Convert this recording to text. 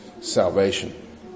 salvation